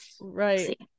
right